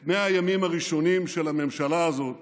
את 100 הימים הראשונים של הממשלה הזאת